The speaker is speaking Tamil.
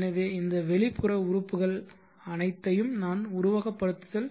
எனவே இந்த வெளிப்புற உறுப்புகள் அனைத்தையும் நான் உருவகப்படுத்துதல்